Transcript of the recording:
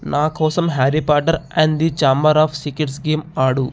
నా కోసం Harry Potter and the Chamber of Secrets game ఆడు